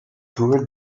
toured